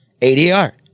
ADR